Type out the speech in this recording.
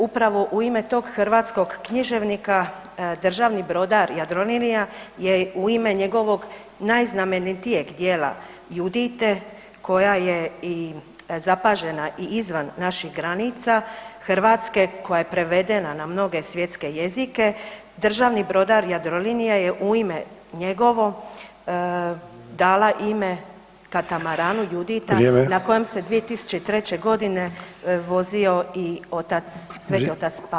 Upravo u ime tog hrvatskog književnika, državni brodar Jadrolinija je u ime njegovog najznamenitijeg djela „Judite“ koja je zapažena i izvan naših granica Hrvatske, koja je prevedena na mnoge svjetske jezike, državni brodar Jadrolinija je u ime njegovo dala ime katamaranu „Judita“ [[Upadica Sanader: Vrijeme.]] na kojem se 2003.g. vozio i Sveti otac Papa Pavao.